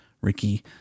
Ricky